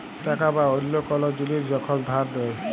টাকা বা অল্য কল জিলিস যখল ধার দেয়